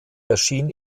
erschien